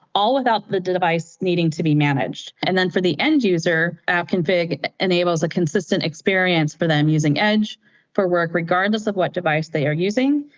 all about the device needing to be managed. and then, for the end end user, config enables a consistent experience for them using edge for work regardless of what device they are using,